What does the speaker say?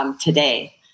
today